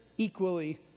Equally